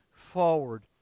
forward